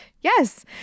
yes